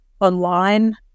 online